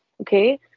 Okay